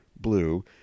blue